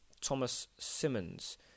Thomas-Simmons